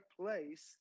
place